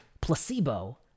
placebo